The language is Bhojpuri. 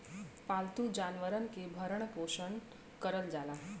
पालतू जानवरन के भरण पोसन करल जाला